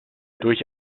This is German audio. durch